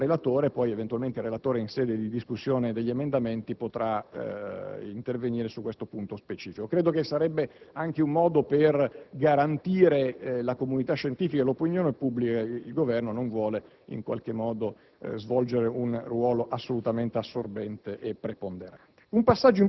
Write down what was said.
questo al relatore, poi eventualmente egli potrà intervenire in sede di discussione degli emendamenti su questo punto specifico. Credo che sarebbe anche un modo per garantire la comunità scientifica e l'opinione pubblica che il Governo non vuole svolgere un ruolo assolutamente assorbente e preponderante.